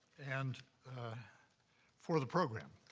and for the program.